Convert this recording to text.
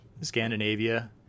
Scandinavia